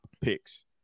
picks